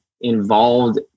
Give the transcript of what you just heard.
involved